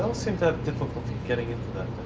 seem to have difficulty getting into that